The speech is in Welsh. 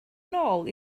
nôl